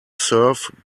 serve